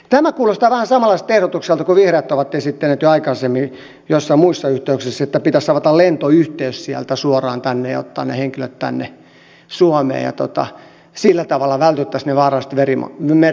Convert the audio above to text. tämä kuulostaa vähän samanlaiselta ehdotukselta kuin vihreät ovat esittäneet jo aikaisemmin joissain muissa yhteyksissä että pitäisi avata lentoyhteys sieltä suoraan tänne ja ottaa ne henkilöt tänne suomeen ja sillä tavalla vältettäisiin ne vaaralliset merimatkat